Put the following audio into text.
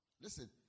Listen